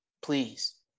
Please